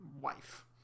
wife